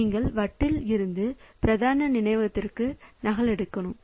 நீங்கள் வட்டில் இருந்து பிரதான நினைவகத்திற்கு நகலெடுக்கலாம்